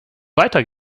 weiter